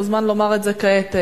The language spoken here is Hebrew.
הוא מוזמן לומר את זה כעת.